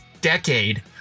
decade